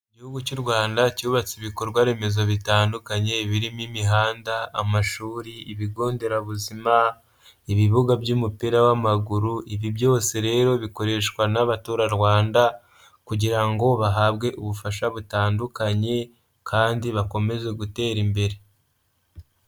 Igihugu cy'u Rwanda, cyubatse ibikorwaremezo bitandukanye, birimo imihanda, amashuri ,ibigo nderabuzima, ibibuga by'umupira w'amaguru, ibi byose rero bikoreshwa n'abaturarwanda, kugira ngo bahabwe ubufasha butandukanye, kandi bakomeze gutera imbere.